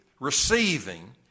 receiving